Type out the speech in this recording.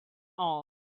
all